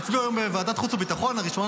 הם הצביעו היום בוועדת החוץ והביטחון לראשונה,